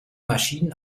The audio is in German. maschinen